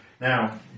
Now